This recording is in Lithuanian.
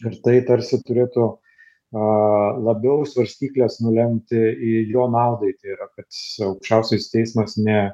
ir tai tarsi turėtų labiau svarstykles nulemti jo naudai tai yra kad aukščiausiasis teismas ne